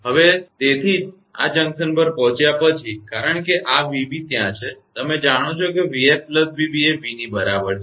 હવે તેથી જ આ જંકશન પર પહોંચ્યા પછી છે કારણ કે આ 𝑣𝑏 ત્યાં છે તમે જાણો છો 𝑣𝑓 𝑣𝑏 એ v ની બરાબર છે